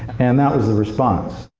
and that was the response.